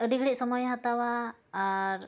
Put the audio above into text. ᱟᱹᱰᱤ ᱜᱷᱟᱹᱲᱤᱡ ᱥᱚᱢᱚᱭᱮ ᱦᱟᱛᱟᱣᱟ ᱟᱨ